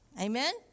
Amen